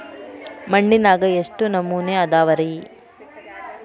ಮಣ್ಣಿನಾಗ ಎಷ್ಟು ನಮೂನೆ ಅದಾವ ರಿ?